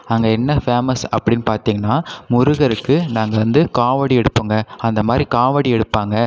அங்க என்ன ஃபேமஸ் அப்படின்னு பார்த்தீங்கன்னா முருகருக்கு நாங்கள் வந்து காவடி எடுப்போங்க அந்த மாரி காவடி எடுப்பாங்க